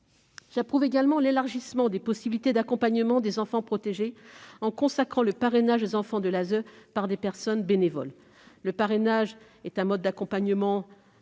J'approuve également l'élargissement des possibilités d'accompagnement des enfants protégés et l'instauration du parrainage des enfants de l'ASE par des personnes bénévoles. Le parrainage est un mode d'accompagnement